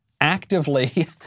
Actively